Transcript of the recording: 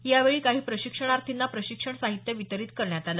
यावेळी काही प्रशिक्षणार्थींना प्रशिक्षण साहित्य वितरित करण्यात आलं